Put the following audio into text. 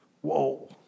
Whoa